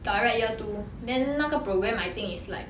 direct year two then 那个 program I think is like